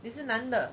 你是男的